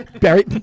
Barry